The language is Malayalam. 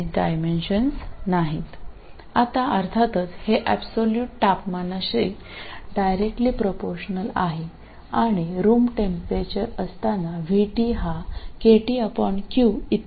ഇപ്പോൾ തീർച്ചയായും ഇത് കേവല ഊഷ്മാവിന് നേരിട്ട് ആനുപാതികമായ ഒന്നുണ്ട് ഊഷ്മാവിൽ ഈ Vt kTq ആണെന്നും ഇത് 25